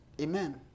Amen